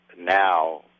now